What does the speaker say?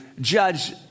judge